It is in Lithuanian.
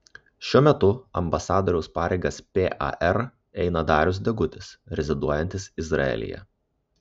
šiuo metu ambasadoriaus pareigas par eina darius degutis reziduojantis izraelyje